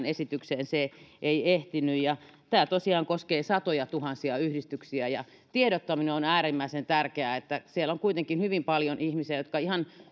esitykseen se ei ehtinyt tämä tosiaan koskee satojatuhansia yhdistyksiä tiedottaminen on on äärimmäisen tärkeää siellä on kuitenkin hyvin paljon ihmisiä jotka ihan